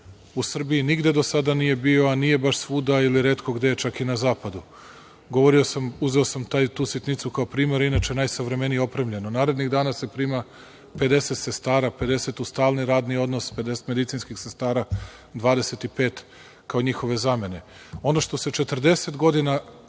u Srbiji nigde do sada nije bio, a nije baš svuda ili retko gde je čak i na zapadu. Govorio sam, uzeo sam tu sitnicu kao primer, inače je najsavremenije opremljeno. Narednih dana se prima 50 sestara, 50 u stalni radni odnos, 50 medicinskih sestara, 25 kao njihove zamene. Ono što se 40 godina